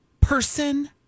person